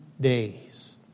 days